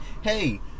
Hey